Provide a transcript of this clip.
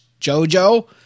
JoJo